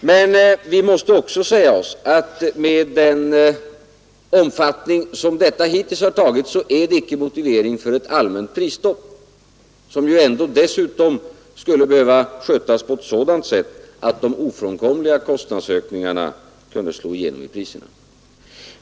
Men vi måste också säga oss att med den omfattning som detta hittills har tagit är det icke motivering för ett allmänt prisstopp, som ju dessutom skulle behöva skötas på ett sådant sätt att de ofrånkomliga kostnadsökningarna skulle slå igenom i priserna.